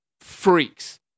freaks